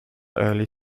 early